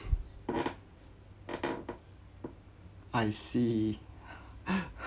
I see